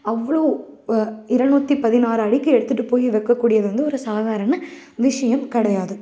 அவ்ளோ இருநூத்தி பதினாறு அடிக்கு எடுத்துகிட்டு போய் வைக்கக்கூடியது வந்து ஒரு சாதாரண விஷயம் கிடையாது